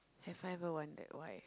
have I ever wondered why